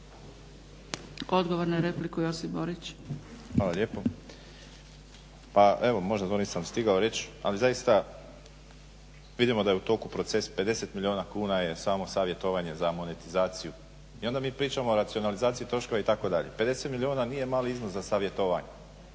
Borić. **Borić, Josip (HDZ)** Hvala lijepa. Pa evo možda to nisam stigao reć, ali zaista vidimo da je u toku proces 50 milijuna kuna je samo savjetovanje za monetizaciju i onda mi pričamo o racionalizaciji troškova itd. 50 milijuna nije mali iznos za savjetovanje.